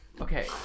Okay